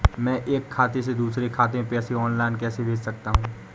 मैं एक खाते से दूसरे खाते में ऑनलाइन पैसे कैसे भेज सकता हूँ?